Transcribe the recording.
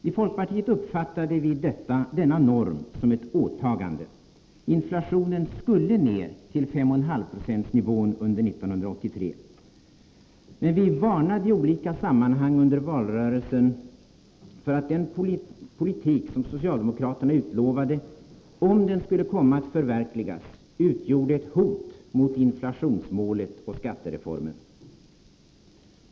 I folkpartiet uppfattade vi denna norm som ett åtagande. Inflationen skulle ner till 5,5-procentsnivån under 1983. Men vi varnade i olika sammanhang under valrörelsen för att den politik socialdemokraterna utlovade, om den skulle komma att förverkligas, utgjorde ett hot mot inflationsmålet och skattereformen.